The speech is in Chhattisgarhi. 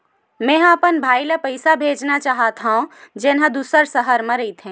मेंहा अपन भाई ला पइसा भेजना चाहत हव, जेन हा दूसर शहर मा रहिथे